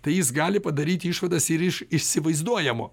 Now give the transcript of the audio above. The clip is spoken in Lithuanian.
tai jis gali padaryt išvadas ir iš įsivaizduojamo